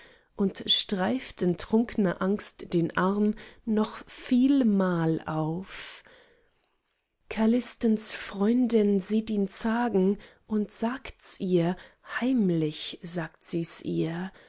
und streift in trunkner angst den arm noch vielmal auf callistens freundin sieht ihn zagen und sagts ihr heimlich sagt sies ihr